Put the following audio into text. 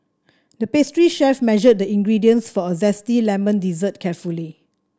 the pastry chef measured the ingredients for a zesty lemon dessert carefully